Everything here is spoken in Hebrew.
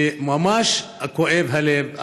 שממש כואב הלב.